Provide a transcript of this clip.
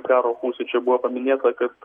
karo pusių čia buvo paminėta kad